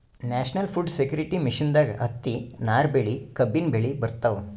national food security ಮಿಷನ್ದಾಗ್ ಹತ್ತಿ, ನಾರ್ ಬೆಳಿ, ಕಬ್ಬಿನ್ ಬೆಳಿ ಬರ್ತವ್